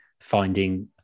finding